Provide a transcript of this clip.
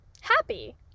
happy